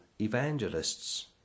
evangelists